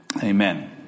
Amen